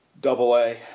Double-A